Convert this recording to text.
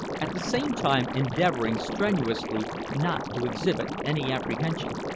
at the same time endeavoring strenuously not to exhibit any apprehension.